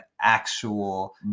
actual